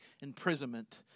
imprisonment